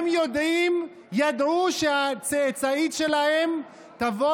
הם יודעים או ידעו שהצאצאית שלהם תבוא